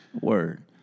Word